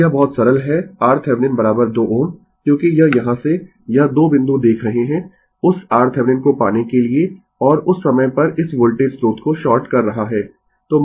तो यह बहुत सरल है RThevenin 2 Ω क्योंकि यह यहाँ से यह 2 बिंदु देख रहे हैं उस RThevenin को पाने के लिए और उस समय पर इस वोल्टेज स्रोत को शॉर्ट कर रहा है